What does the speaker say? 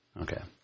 Okay